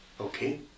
Okay